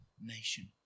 nation